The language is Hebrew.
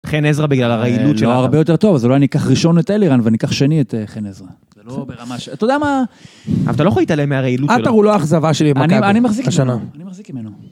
חן עזרא בגלל הרעילות שלך. לא, הרבה יותר טוב, אז אולי אני אקח ראשון את אלירן ואני אקח שני את חן עזרא. זה לא ברמה ש... אתה יודע מה... אתה לא יכול להתעלם מהרעילות שלו. עטר הוא לא אכזבה שלי השנה. אני מחזיק עמנו.